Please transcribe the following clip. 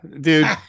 dude